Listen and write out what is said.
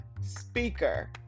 speaker